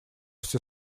все